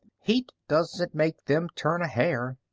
heat doesn't make them turn a hair.